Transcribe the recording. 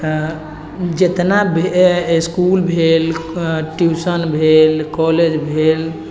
जितना भी इसकुल भेल ट्यूशन भेल कॉलेज भेल